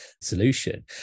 solution